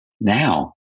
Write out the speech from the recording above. Now